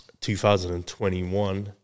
2021